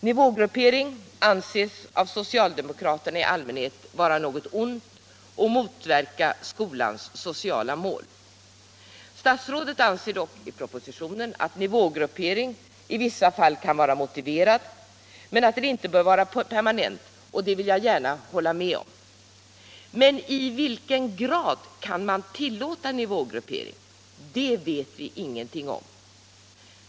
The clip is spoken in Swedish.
Nivågruppering anses av socialdemokraterna i allmänhet vara något ont och motverka skolans sociala mål. Statsrådet anser dock att nivågruppering i vissa fall kan vara motiverad men att den inte bör vara permanent, och det vill jag gärna hålla med om. Men i vilken grad kan man tillåta nivågruppering? Det vet vi ingenting om.